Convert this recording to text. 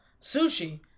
Sushi